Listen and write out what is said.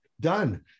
Done